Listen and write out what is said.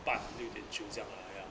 半六点九这样 lah !aiya!